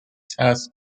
tests